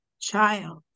child